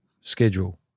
schedule